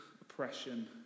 oppression